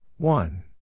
One